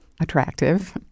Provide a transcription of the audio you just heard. attractive